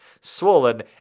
swollen